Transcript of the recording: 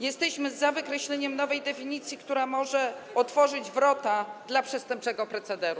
Jesteśmy za wykreśleniem nowej definicji, która może otworzyć wrota dla przestępczego procederu.